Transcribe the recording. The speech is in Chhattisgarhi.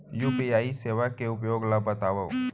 यू.पी.आई सेवा के उपयोग ल बतावव?